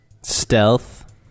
stealth